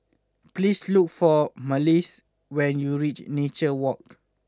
please look for Malissie when you reach Nature Walk